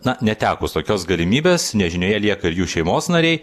na netekus tokios galimybės nežinioje lieka jų šeimos nariai